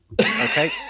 okay